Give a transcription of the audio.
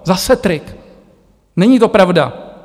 Zase trik, není to pravda!